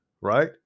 right